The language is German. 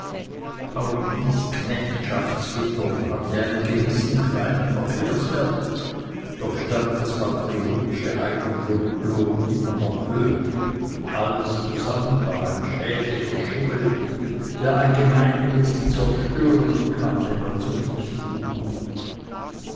auch dies knechtschaftswittern hatte einen gewissen kleinen verkehrswert doch stand das patriotische eigenlob immerhin noch höher alles zusammen war ein schädlicher schimmel der ein gemeinwesen zerstören kann wenn er zu dicht wuchert